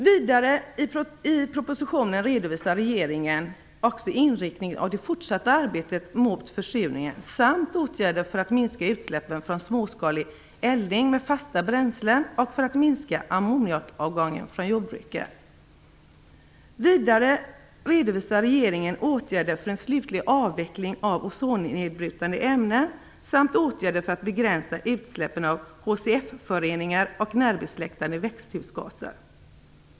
Vidare redovisar regeringen i propositionen också inriktningen av det fortsatta arbetet mot försurningen samt åtgärder för att minska utsläppen från småskalig eldning med fasta bränslen och för att minska ammoniakavgången från jordbruket. Regeringen redovisar också åtgärder för en slutlig avveckling av ozonnedbrytande ämnen samt åtgärder för att begränsa utsläppen av HCF-föreningar och andra närbesläktade växthusgaser.